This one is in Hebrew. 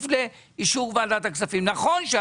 כמובן בכפוף לאישור ועדת הכספים.